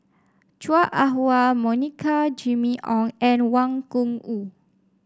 Chua Ah Huwa Monica Jimmy Ong and Wang Gungwu